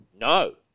No